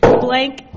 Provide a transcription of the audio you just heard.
Blank